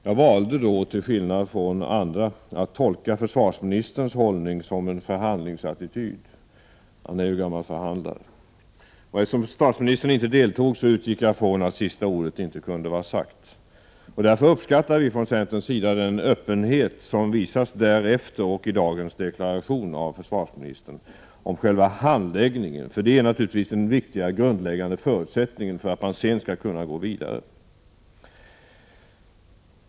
Jag valde då, till skillnad från andra, att tolka försvarsministerns hållning som en förhandlingsattityd. Han är ju gammal förhandlare. Eftersom statsministern inte deltog, utgick jag från att sista ordet inte kunde vara sagt. Därför uppskattar vi i centern den öppenhet som har visats därefter och i dagens deklaration av försvarsministern i fråga om själva handläggningen. Det är naturligtvis en viktig, grundläggande förutsättning för att man sedan skall kunna gå vidare.